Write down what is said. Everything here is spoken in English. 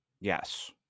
Yes